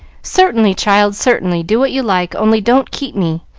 certainly, child, certainly do what you like, only don't keep me.